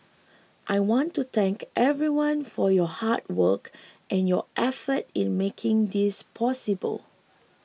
I want to thank everyone for your hard work and your effort in making this possible